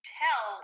tell